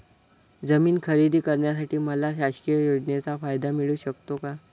जमीन खरेदी करण्यासाठी मला शासकीय योजनेचा फायदा मिळू शकतो का?